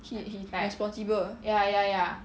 he he's responsible